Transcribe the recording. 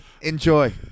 enjoy